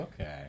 Okay